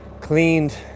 cleaned